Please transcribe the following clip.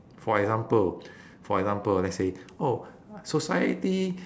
for example for example let's say oh society